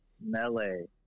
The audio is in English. Melee